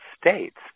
states